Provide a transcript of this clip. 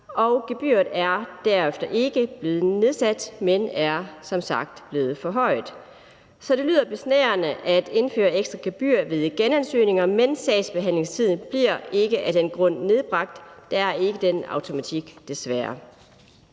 og gebyret er derefter ikke blevet nedsat, men er som sagt blevet forhøjet. Så det lyder besnærende at indføre et ekstra gebyr ved genansøgninger, men sagsbehandlingstiden bliver ikke af den grund nedbragt. Der er ikke den automatik, desværre.